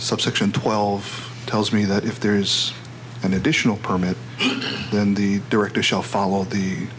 subsection twelve tells me that if there's an additional permit then the director shall follow the